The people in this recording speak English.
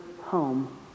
home